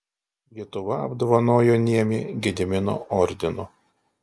lietuva apdovanojo niemį gedimino ordinu